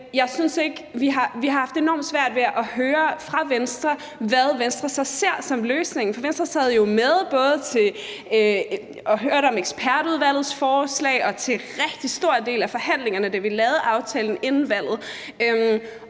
vi har haft enormt svært ved at forstå på Venstre, hvad Venstre så ser som løsningen. Venstre sad jo både med ved forhandlingerne og hørte om ekspertudvalgets forslag, var med til en rigtig stor del af forhandlingerne, da vi lavede aftalen inden valget.